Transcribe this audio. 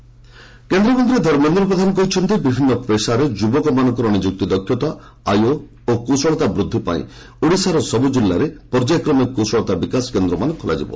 ପ୍ରଧାନ skill କେନ୍ଦ୍ରମନ୍ତ୍ରୀ ଧର୍ମେନ୍ଦ୍ର ପ୍ରଧାନ କହିଛନ୍ତି ବିଭିନ୍ନ ପେଶାରେ ଯୁବକମାନଙ୍କର ନିଯୁକ୍ତି ଦକ୍ଷତା ଆୟ ଓ କୁଶଳତା ବୃଦ୍ଧି ପାଇଁ ଓଡ଼ିଶାର ସବୁ ଜିଲ୍ଲାରେ ପର୍ଯ୍ୟାୟ କ୍ରମେ କୁଶଳତା ବିକାଶ କେନ୍ଦ୍ରମାନ ଖୋଲାଯିବ